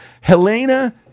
Helena